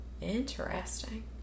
Interesting